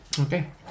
Okay